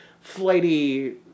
flighty